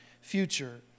future